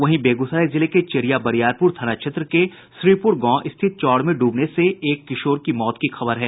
वहीं बेगूसराय जिले के चेरिया बरियारपुर थाना क्षेत्र के श्रीपुर गांव स्थित चौर में ड्रबने से एक किशोर की मौत हो गयी